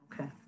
Okay